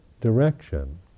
direction